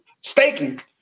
staking